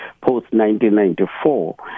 post-1994